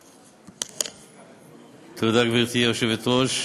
תודה, גברתי היושבת-ראש.